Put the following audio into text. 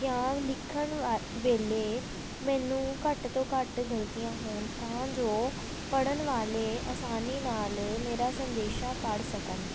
ਜਾਂ ਲਿਖਣ ਵਾ ਵੇਲੇ ਮੈਨੂੰ ਘੱਟ ਤੋਂ ਘੱਟ ਗਲਤੀਆਂ ਹੋਣ ਤਾਂ ਜੋ ਪੜ੍ਹਨ ਵਾਲੇ ਆਸਾਨੀ ਨਾਲ ਮੇਰਾ ਸੰਦੇਸ਼ਾ ਪੜ੍ਹ ਸਕਣ